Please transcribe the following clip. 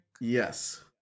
yes